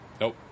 nope